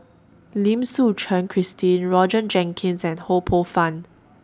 Lim Suchen Christine Roger Jenkins and Ho Poh Fun